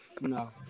no